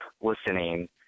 listening